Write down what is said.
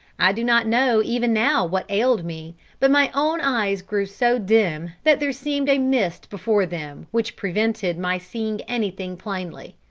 i do not know even now what ailed me but my own eyes grew so dim, that there seemed a mist before them which prevented my seeing anything plainly.